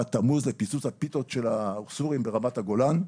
תפוז לפיצוץ הפיתות של הסורים ברמת הגולן,